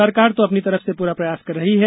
सरकार तो अपनी तरफ से पूरा प्रयास कर रही है